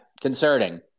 concerning